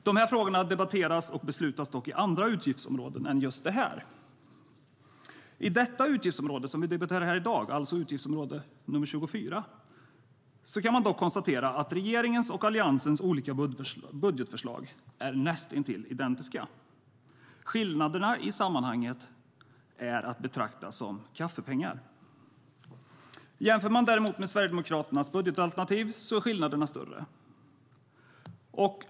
Dessa frågor debatteras och beslutas dock inom andra utgiftsområden än detta.I det utgiftsområde vi debatterar här i dag, utgiftsområde 24, kan man dock konstatera att regeringens och Alliansens olika budgetförslag är näst intill identiska. Skillnaderna är i sammanhanget att betrakta som kaffepengar. Jämför man däremot med Sverigedemokraternas budgetalternativ är skillnaderna större.